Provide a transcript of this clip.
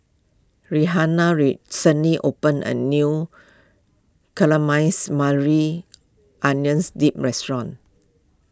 Rihanna recently opened a new Maui Onions Dip restaurant